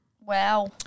Wow